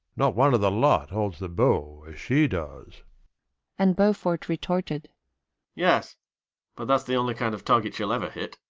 not one of the lot holds the bow as she does and beaufort retorted yes but that's the only kind of target she'll ever hit.